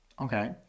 Okay